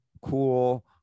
cool